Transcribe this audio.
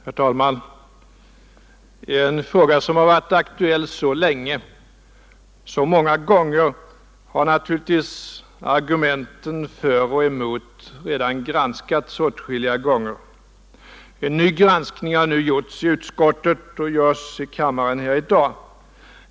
Herr talman! I en fråga som har varit aktuell så länge och vid så många tillfällen har naturligtvis argumenten för och emot redan granskats åtskilliga gånger. En ny granskning har nu gjorts i utskottet och görs i kammaren i dag.